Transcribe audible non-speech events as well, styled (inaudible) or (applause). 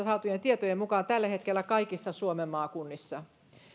(unintelligible) saatujen tietojen mukaan tällä hetkellä kaikissa suomen maakunnissa